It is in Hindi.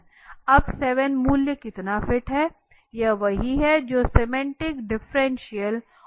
अब 7 मूल्य कितने फिट है ये वही है जो सेमेंटिक डिफरेंशियल उपयोग करता है